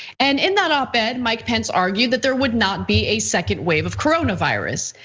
and in that op ed mike pence argued that there would not be a second wave of coronavirus.